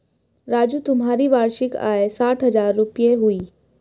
राजू तुम्हारी वार्षिक आय साठ हज़ार रूपय हुई